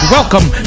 Welcome